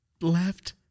left